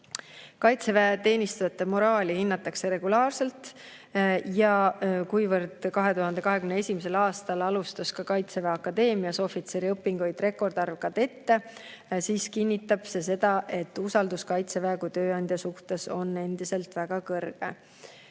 Kaitseväeteenistujate moraali hinnatakse regulaarselt ja 2021. aastal alustas Kaitseväe Akadeemias ohvitseriõpinguid rekordarv kadette. See kinnitab seda, et usaldus kaitseväe kui tööandja vastu on endiselt väga suur.